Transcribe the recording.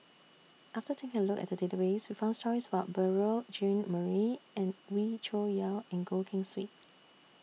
after taking A Look At The Database We found stories about Beurel Jean Marie and Wee Cho Yaw and Goh Keng Swee